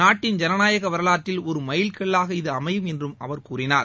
நாட்டின் ஜனநாயக வரலாற்றில் ஒரு எமல் கல்லாக இது அமையும் என்றும் அவர் கூறினார்